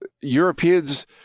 Europeans